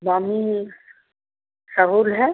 बामी सहूल है